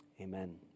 Amen